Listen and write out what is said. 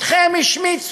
אתכם השמיצו,